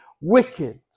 wicked